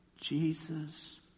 Jesus